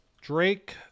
Drake